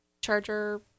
charger